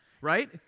right